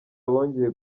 bongeye